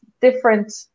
different